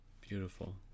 Beautiful